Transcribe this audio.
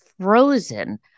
frozen